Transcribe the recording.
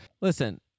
Listen